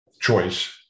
choice